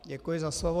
Děkuji za slovo.